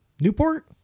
Newport